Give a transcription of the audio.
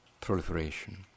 proliferation